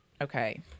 okay